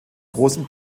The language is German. großen